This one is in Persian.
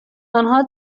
آنها